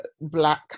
black